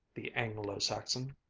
the anglo-saxon.